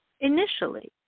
initially